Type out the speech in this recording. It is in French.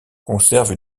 conserve